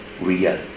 real